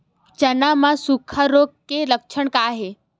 चना म सुखा रोग के लक्षण का हे?